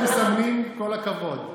הם מסמנים "כל הכבוד".